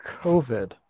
COVID